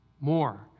More